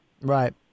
Right